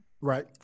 Right